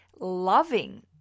loving